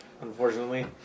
Unfortunately